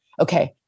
okay